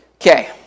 Okay